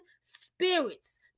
spirits